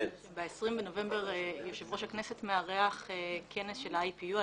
ב-20 לנובמבר יושב-ראש הכנסת מארח כנס של IPU,